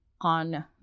on